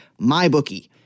MyBookie